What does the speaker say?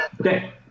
Okay